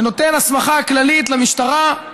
שנותן הסמכה כללית למשטרה,